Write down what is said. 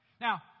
Now